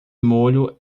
molho